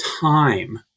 time